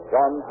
John